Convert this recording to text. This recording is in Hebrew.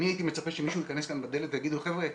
אני הייתי מצפה שמישהו ייכנס בדלת ויגיד 'חבר'ה,